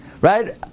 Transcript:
Right